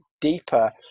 deeper